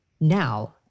now